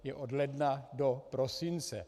Je od ledna do prosince.